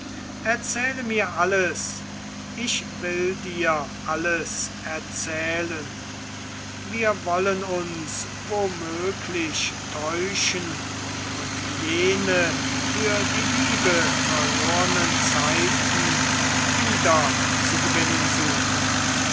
erzähle mir alles ich will dir alles erzählen wir wollen uns womöglich täuschen und jene für die liebe verlornen zeiten wieder zu gewinnen suchen